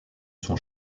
son